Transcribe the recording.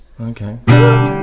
okay